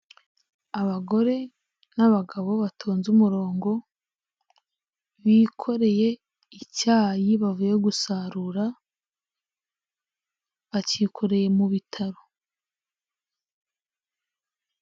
Abagore n'abagabo batonze umurongo, bikoreye icyayi bavuye gusarura, bakikoreye mu bitaro.